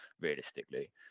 realistically